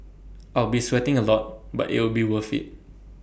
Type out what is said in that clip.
I'll be sweating A lot but it'll be worth IT